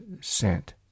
sent